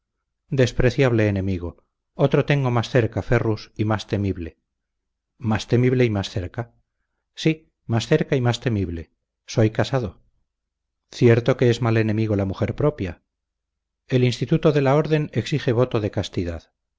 despreciable enemigo otro tengo más cerca ferrus y más temible más temible y más cerca sí más cerca y más temible soy casado cierto que es mal enemigo la mujer propia el instituto de la orden exige voto de castidad